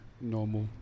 normal